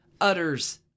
utters